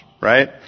right